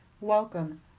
Welcome